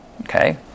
Okay